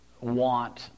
want